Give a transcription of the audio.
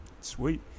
sweet